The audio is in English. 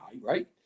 right